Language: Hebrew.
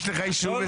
יש לך אישור מסירה?